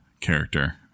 character